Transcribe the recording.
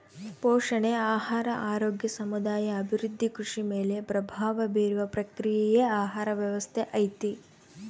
ಪೋಷಣೆ ಆಹಾರ ಆರೋಗ್ಯ ಸಮುದಾಯ ಅಭಿವೃದ್ಧಿ ಕೃಷಿ ಮೇಲೆ ಪ್ರಭಾವ ಬೀರುವ ಪ್ರಕ್ರಿಯೆಯೇ ಆಹಾರ ವ್ಯವಸ್ಥೆ ಐತಿ